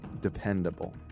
Dependable